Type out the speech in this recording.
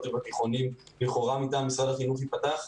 ובתיכונים לכאורה לעמדת משרד החינוך היא תיפתח.